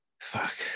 fuck